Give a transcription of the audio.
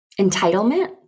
entitlement